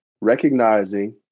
Recognizing